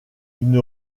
une